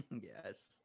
yes